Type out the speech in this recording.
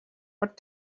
what